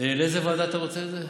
לאיזו ועדה אתה רוצה את זה?